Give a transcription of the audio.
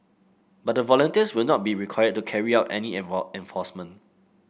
but the volunteers will not be required to carry out any involve enforcement